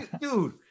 dude